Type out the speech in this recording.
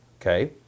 Okay